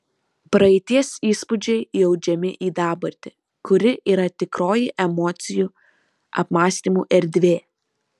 praeities įspūdžiai įaudžiami į dabartį kuri yra tikroji emocijų apmąstymų erdvė